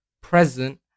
present